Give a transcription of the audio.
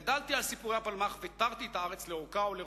גדלתי על סיפורי הפלמ"ח ותרתי את הארץ לאורכה ולרוחבה,